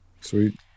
Sweet